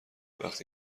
وقتی